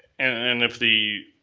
and if the,